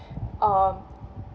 um